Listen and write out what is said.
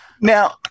Now